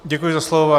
Děkuji za slovo.